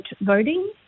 voting